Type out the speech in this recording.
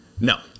No